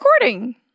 recording